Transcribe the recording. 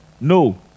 No